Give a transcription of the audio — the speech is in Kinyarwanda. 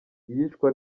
iyicwa